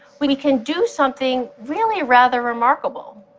we we can do something really rather remarkable.